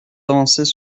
avancées